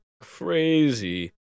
crazy